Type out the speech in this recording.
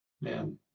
Man